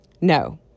No